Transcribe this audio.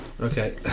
Okay